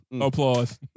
applause